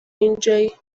اینجایی